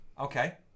Okay